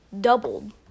doubled